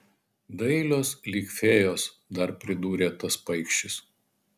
dailios lyg fėjos dar pridūrė tas paikšis